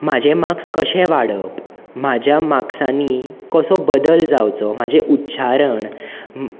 म्हाजे मार्क्स कशें वाडप म्हाज्या मार्क्सांनी कसो बदल जावचो म्हाजी उच्चारण